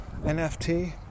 NFT